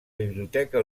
biblioteca